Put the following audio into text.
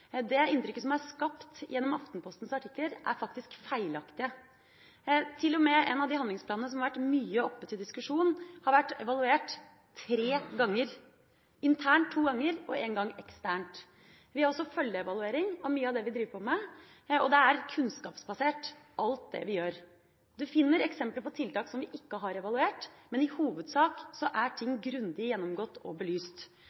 Det inntrykket som er skapt gjennom Aftenpostens artikler er faktisk feilaktig. En av de handlingsplanene som har vært mye oppe til diskusjon, har til og med vært evaluert tre ganger – internt to ganger og én gang eksternt. Vi har også følgeevaluering av mye av det vi driver med, og alt det vi gjør, er kunnskapsbasert. Du finner eksempler på tiltak vi ikke har evaluert, men i hovedsak er